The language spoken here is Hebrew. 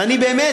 ובאמת,